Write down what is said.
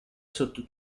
sotto